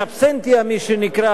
"אין אבסנטיה" מה שנקרא.